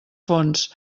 fonts